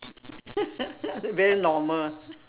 very normal